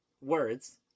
Words